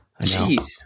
Jeez